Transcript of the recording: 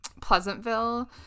Pleasantville